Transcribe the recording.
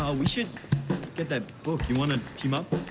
ah we should get that book. you want to team up?